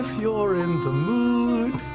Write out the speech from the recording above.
you're in the mood,